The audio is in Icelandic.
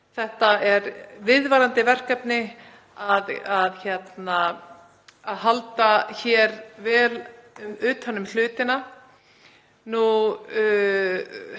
Það er viðvarandi verkefni að halda hér vel utan um hlutina.